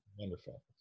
Wonderful